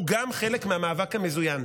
גם הוא חלק מהמאבק המזוין.